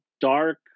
dark